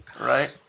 Right